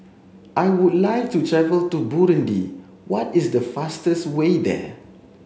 I would like to travel to Burundi what is the fastest way there